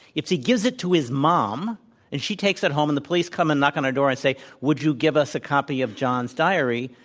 if he gives it to his mom and she takes it home and the police come and knock on her door and say, would you give us a copy of john's diary?